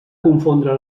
confondre